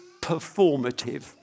performative